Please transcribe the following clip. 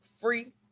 free